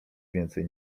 więcej